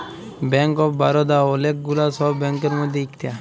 bank of Baroda ওলেক গুলা সব ব্যাংকের মধ্যে ইকটা